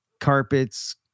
carpets